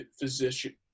physician